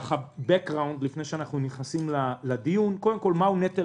רקע לפני שאנחנו נכנסים לדיון מהו נטל